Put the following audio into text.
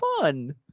fun